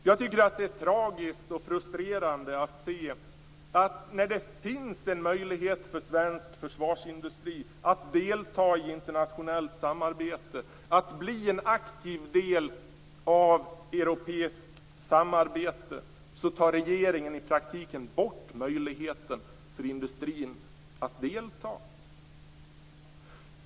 Jag tycker att det är tragiskt och frustrerande att se att regeringen, när det finns en möjlighet för svensk försvarsindustri att delta i internationellt samarbete och bli en aktiv del i ett europeiskt samarbete, i praktiken tar bort möjligheten för industrin att delta.